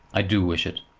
i do wish it.